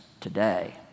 today